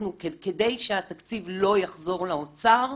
כדי שהתקציב לא יחזור לאוצר,